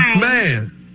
man